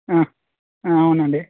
అవునండి